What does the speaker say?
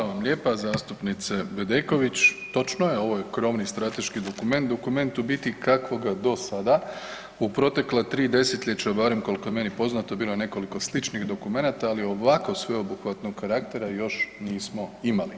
Hvala vam lijepa zastupnice Bedeković, točno je ovo je krovni strateški dokument u biti kakvoga do sada u protekla 3 desetljeća barem koliko je meni poznato bilo je nekoliko sličnih dokumenata, ali ovako sveobuhvatnog karaktera još nismo imali.